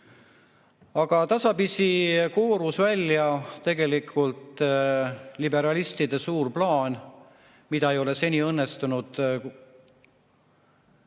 Aga tasapisi koorus välja liberalistide suur plaan, mida ei ole seni õnnestunud